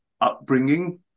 upbringing